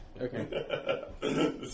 Okay